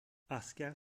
asker